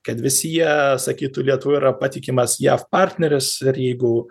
kad visi jie sakytų lietuva yra patikimas jav partneris ir jeigu